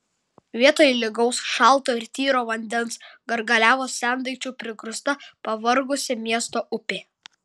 vietoj lygaus šalto ir tyro vandens gargaliavo sendaikčių prigrūsta pavargusi miesto upė